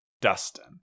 Dustin